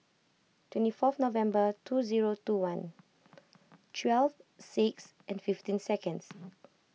twenty fourth November two zero two one twelve six and fifteen seconds